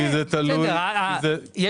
יש